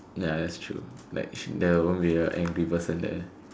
ya that's true like there won't be a angry person there